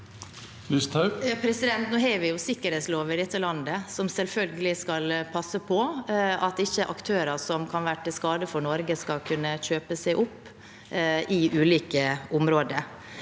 Nå har vi jo en sik- kerhetslov i dette landet som selvfølgelig skal passe på at ikke aktører som kan være til skade for Norge, skal kunne kjøpe seg opp på ulike områder.